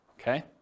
okay